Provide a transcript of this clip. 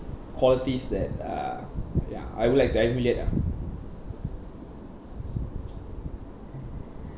qualities that uh ya I would like to emulate lah